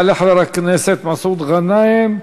יעלה חבר הכנסת מסעוד גנאים,